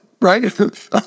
right